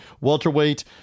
welterweight